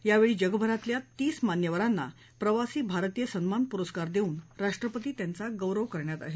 यावेळी जगभरातल्या तीस मान्यवरांना प्रवासी भारतीय सन्मान पुरस्कार देऊन राष्ट्रपती त्यांचा गौरव करणार आहेत